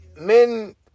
men